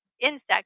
insects